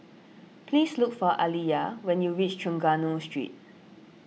please look for Aaliyah when you reach Trengganu Street